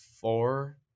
four